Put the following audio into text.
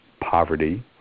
poverty